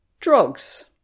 Drugs